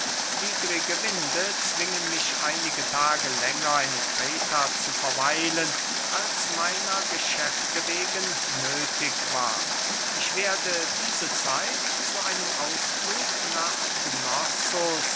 widrige winde zwingen mich einige tage länger in kreta zu verweilen als meiner geschäfte wegen nöthig war ich werde diese zeit zu einem ausflug nach